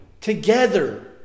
together